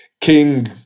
King